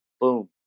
Boom